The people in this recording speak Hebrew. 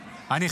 היושב-ראש,